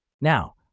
now